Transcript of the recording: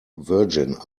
virgin